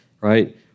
right